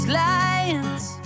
lions